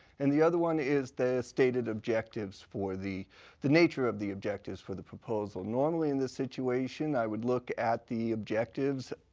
and the other one is that the stated objectives for the the nature of the objectives for the proposal. normally in this situation i would look at the objectives,